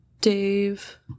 Dave